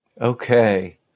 Okay